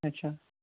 اچھا